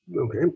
Okay